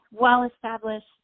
well-established